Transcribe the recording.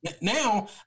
Now